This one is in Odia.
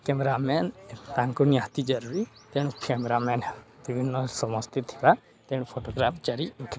କ୍ୟାମେରାମ୍ୟାନ୍ ତାଙ୍କୁ ନିହାତି ଜରୁରୀ ତେଣୁ କ୍ୟାମେରାମ୍ୟାନ୍ ବିଭିନ୍ନ ସମସ୍ତେ ଥିବା ତେଣୁ ଫଟୋଗ୍ରାଫ ଜାରି ଉଠେ